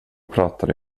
pratade